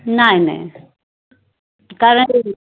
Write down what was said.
नाही नाही